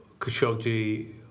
Khashoggi